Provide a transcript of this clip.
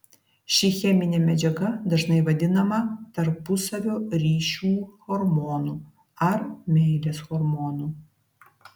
ši cheminė medžiaga dažnai vadinama tarpusavio ryšių hormonu ar meilės hormonu